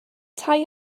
tai